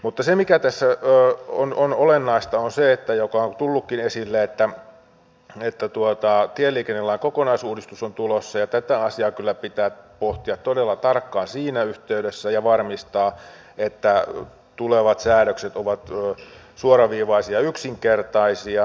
mutta se mikä tässä on olennaista on se mikä on tullutkin esille että tieliikennelain kokonaisuudistus on tulossa ja tätä asiaa kyllä pitää pohtia todella tarkkaan siinä yhteydessä ja varmistaa että tulevat säädökset ovat suoraviivaisia ja yksinkertaisia